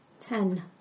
Ten